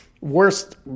Worst